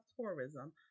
Tourism